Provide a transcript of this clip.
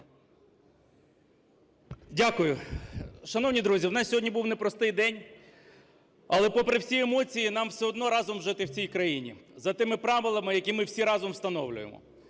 Дякую. Шановні друзі, у нас сьогодні був непростий день. Але попри всі емоції, нам все одно разом жити в цій країні за тими правилами, які ми всі разом встановлюємо.